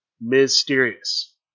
Mysterious